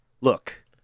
look